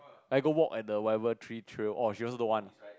like a walk at the whatever tree trail orh she also don't want